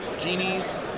genies